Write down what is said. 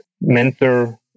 mentor